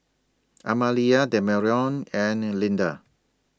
Amalia Demarion and Lynda